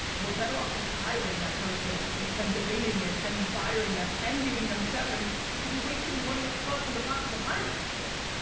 we're better off just hiring that person than debating it and then firing them and giving them severance, because we're wasting the money upfront in the process of hiring. totally.